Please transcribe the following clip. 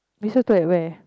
this still at where